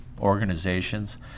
organizations